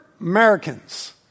Americans